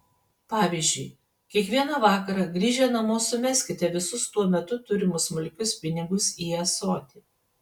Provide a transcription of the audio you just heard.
pavyzdžiui kiekvieną vakarą grįžę namo sumeskite visus tuo metu turimus smulkius pinigus į ąsotį